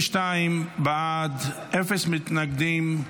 22 בעד, אפס מתנגדים.